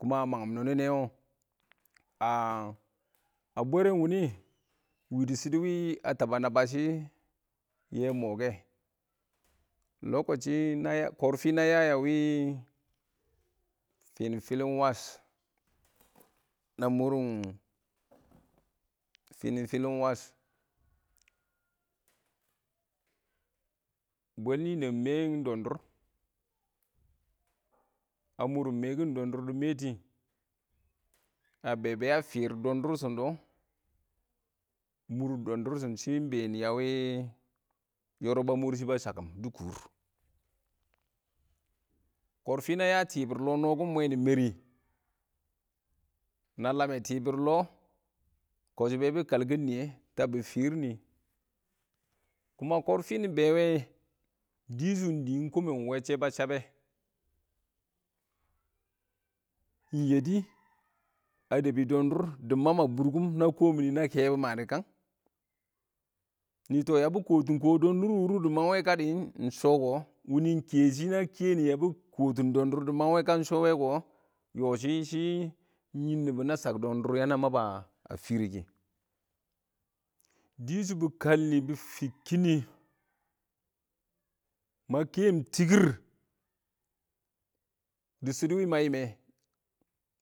Kɔma mam nɔnɪ nɛ wɔ, a, a bwɛrɛn wɪ nɪ, wɪ dɪ shɪdɔ wɪ a tabba nabba shɪ yɛ mʊ kɛ lokaci naye kɔrfɪ na ya a wɪ fɪnɪn fɪlɪn wash, na mʊrɪn fɪnɪn fɪlɪn wash, bwɛl ninəng mɛɛ ɪng dɔndʊr a mʊrɪn mɛɛ kɪn dɔndʊr dɪ mɛɛ tɪ, a be be ya fɪɪr dɔndʊr shɪn dɔ shɪ a murɪn dɔndʊr shɪn dɔ ɪng been yɔrɔb ba shakkɪm dɪ kʊʊr, kɔrfɪ na ya tibir lɔ nɔ kɪn mwɛɛ nɪ mɛrɪ na lamme tibir lɔ, kɔshɪ be bɪ kalkɪn nɪyɛ tabbɪ fɪɪr nɪ ma kɔrfɪ nɪ be wɛ dɪ shʊ ɪng kɔmɛn wɛnshɛ ba chambɛ, ɪng yɛdɪ dɪ dɛbbɪ dɔndʊr dɪ mab a bʊrkʊm, na kɛbʊ ma dɪ kang nɪ tɔ yabɪ kɔtɪn kɔwɪ dɔndʊr wʊrɪ kashɪ ɪng shɔ kɔ, wʊnɪ ɪng kɛshɪ na kɛ nɪ yabɪ kɔtɪn dɔndʊr dɪ man wɛ kashɪ ɪng shɔ kɔ, yɔshɪ shi ɪng yɪn nɪbɔ na shaks dɔndʊr na mab a fɪrɪ kɪ, dɪ shʊ bɪ kalnɪ bɪ fɪkkɪnɪ, ma kɛm tɪkɪr dɪ shɪdɔ wɪ ma yɪm mɛ.